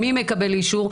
מי מקבל אישור?